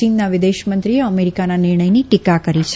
ચીનના વિદેશ મંત્રીએ અમેરીકાન નિર્ણયની ટીકા કરી છે